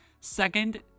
Second